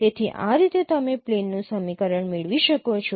તેથી આ રીતે તમે પ્લેનનું સમીકરણ મેળવી શકો છો